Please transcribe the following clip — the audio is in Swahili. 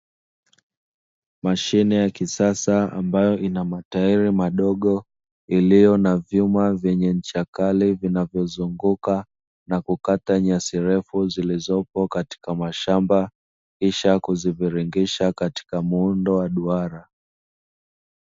Mashine ya kisasa ambayo ina mataili madogo, ilio na vyuma vyenye ncha kali vinavyozunguka na kukata nyasi refu zilizopo katika mashamba, kisha kuziviringisha katika muundo wa duara.